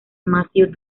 matthew